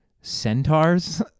Centaurs